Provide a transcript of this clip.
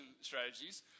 strategies